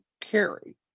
carry